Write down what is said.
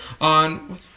on